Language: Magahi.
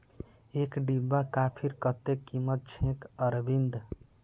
एक डिब्बा कॉफीर कत्ते कीमत छेक अरविंद